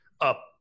up